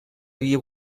havia